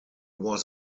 was